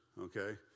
okay